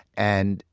and,